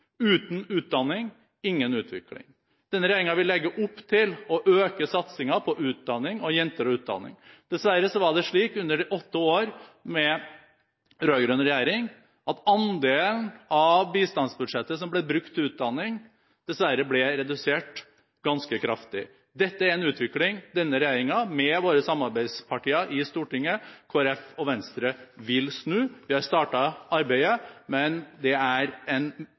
Uten utdanning, ingen utvikling. Denne regjeringen vil legge opp til å øke satsingen på utdanning og på jenter og utdanning. Dessverre var det slik under de åtte årene med rød-grønn regjering at andelen av bistandsbudsjettet som ble brukt til utdanning, ble redusert ganske kraftig. Dette er en utvikling denne regjeringen, med sine samarbeidspartier i Stortinget, Kristelig Folkeparti og Venstre, vil snu. Vi har startet arbeidet, men det er en